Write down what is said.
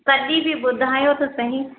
तॾहिं बि ॿुधायो त सहीं